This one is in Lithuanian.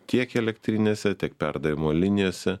tiek elektrinėse tiek perdavimo linijose